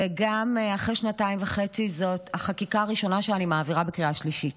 וגם אחרי שנתיים וחצי זו החקיקה הראשונה שאני מעבירה בקריאה שלישית.